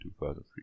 2003